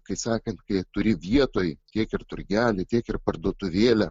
kaip sakant kai turi vietoj kiek ir turgelį tiek ir parduotuvėlę